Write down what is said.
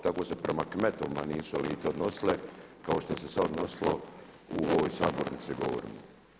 Tako se prema kmetovima nisu elite odnosile kao što se sad odnosilo u ovoj sabornici govornici.